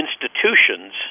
institutions